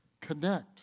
Connect